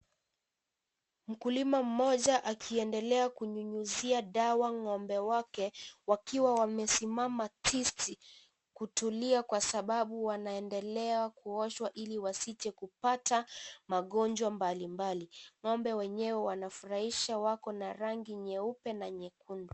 Mkulima mmoja akiendelea kunyunyizia dawa ng'ombe wake wakiwa wamesimama tisti kutulia kwa sababu wanaendelea kuoshwa ili wasije kupata magonjwa mbalimbali. Ng'ombe wenyewe wanafurahisha. Wako na rangi nyeupe na nyekundu.